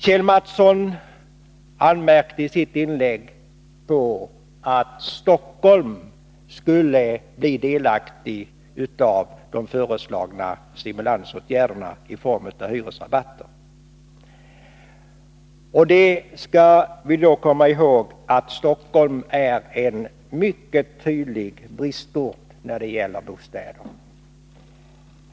Kjell Mattsson anmärkte i sitt inlägg på att Stockholm skulle få del av de föreslagna stimulansåtgärderna i form av hyresrabatter. Vi skall då komma ihåg att Stockholm är en mycket utpräglad bristort när det gäller bostäder.